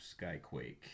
Skyquake